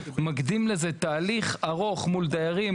מקדים לזה תהליך ארוך מול דיירים,